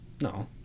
No